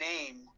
name